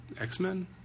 X-Men